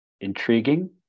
intriguing